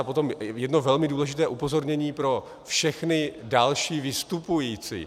Potom jedno velmi důležité upozornění pro všechny další vystupující.